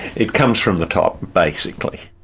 it comes from the top, basically.